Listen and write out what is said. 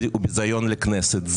הוא ביזיון לכנסת,